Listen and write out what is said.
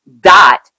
dot